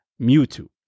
Mewtwo